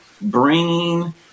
bringing